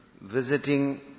visiting